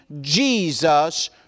Jesus